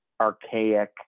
archaic